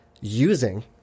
using